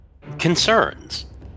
concerns